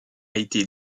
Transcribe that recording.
été